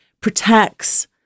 protects